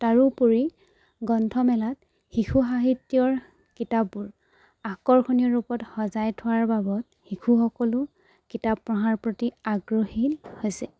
তাৰোপৰি গ্ৰন্থমেলাত শিশু সাহিত্যৰ কিতাপবোৰ আকৰ্ষণীয় ৰূপত সজাই থোৱাৰ বাবত শিশুসকলো কিতাপ পঢ়াৰ প্ৰতি আগ্ৰহী হৈছে